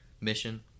Mission